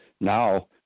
now